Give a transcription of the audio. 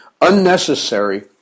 unnecessary